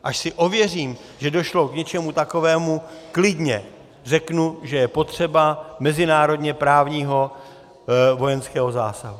Až si ověřím, že došlo k něčemu takovému, klidně řeknu, že je potřeba mezinárodněprávního vojenského zásahu.